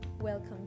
welcome